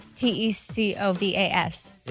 T-E-C-O-V-A-S